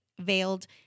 veiled